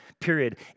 period